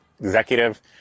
executive